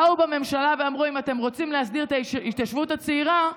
באו בממשלה ואמרו: אם אתם רוצים להסדיר את ההתיישבות הצעירה,